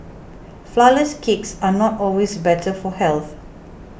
Flourless Cakes are not always better for health